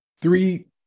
three